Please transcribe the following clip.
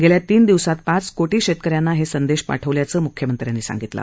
गेल्या तीन दिवसात पाच कोटी शेतकऱ्यांना हे संदेश पाठवल्याचं मुख्यमंत्र्यांनी सांगितलं